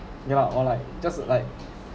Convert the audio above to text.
ya lah or like just like